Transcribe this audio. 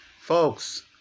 Folks